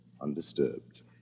undisturbed